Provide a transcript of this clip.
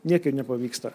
niekaip nepavyksta